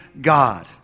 God